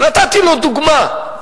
ונתתי לו דוגמה,